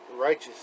righteous